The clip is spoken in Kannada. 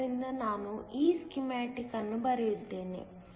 ಆದ್ದರಿಂದ ನಾನು ಈ ಸ್ಕೀಮ್ಯಾಟಿಕ್ ಅನ್ನು ಬರೆಯುತ್ತೇನೆ